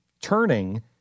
turning